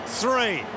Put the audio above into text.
three